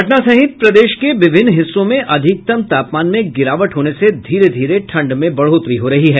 पटना सहित प्रदेश के विभिन्न हिस्सों में अधिकतम तापमान में गिरावट होने से धीरे धीरे ठंड में बढ़ोतरी हो रही है